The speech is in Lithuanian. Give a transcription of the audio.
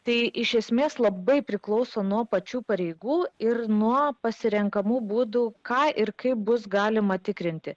tai iš esmės labai priklauso nuo pačių pareigų ir nuo pasirenkamų būdų ką ir kaip bus galima tikrinti